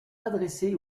adressée